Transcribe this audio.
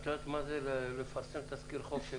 את יודעת מה זה לפרסם תזכיר חוק של